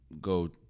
go